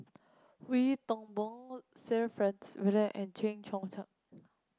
Wee Toon Boon Sir Franks Swettenham and Chen